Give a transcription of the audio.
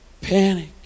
panic